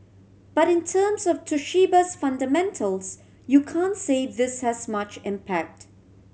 but in terms of Toshiba's fundamentals you can't say this has much impact